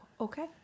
okay